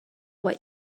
what